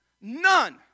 none